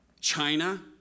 China